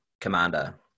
commander